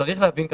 צריך להבין כאן,